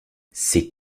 ces